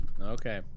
Okay